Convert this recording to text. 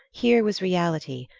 here was reality,